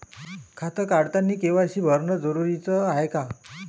खातं काढतानी के.वाय.सी भरनं जरुरीच हाय का?